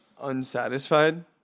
unsatisfied